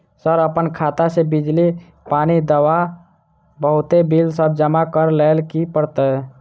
Sir अप्पन खाता सऽ बिजली, पानि, दवा आ बहुते बिल सब जमा करऽ लैल की करऽ परतै?